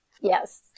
Yes